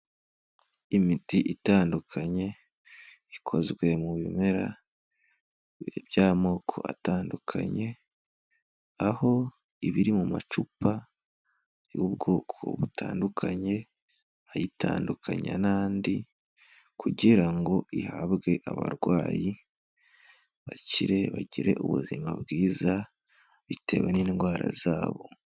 Imiti itandukanye ikozwe mu bimera by'amoko atandukanye, aho iba iri mu macupa y'ubwoko butandukanye ayitandukanya n'andi kugira ngo ihabwe abarwayi bakire bagire ubuzima bwiza bitewe n'indwara zabo.